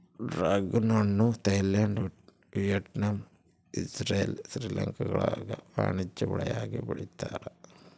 dragon ಹಣ್ಣು Thailand Vietnam Israel ಶ್ರೀಲಂಕಾಗುಳಾಗ ವಾಣಿಜ್ಯ ಬೆಳೆಯಾಗಿ ಬೆಳೀತಾರ